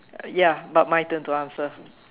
ya but my turn to answer